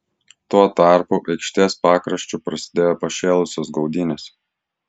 tuo tarpu aikštės pakraščiu prasidėjo pašėlusios gaudynės